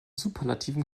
superlativen